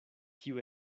kiu